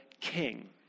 king